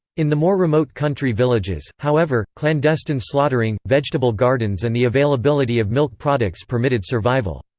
in the more remote country villages, however, clandestine slaughtering, vegetable gardens and the availability of milk products permitted survival.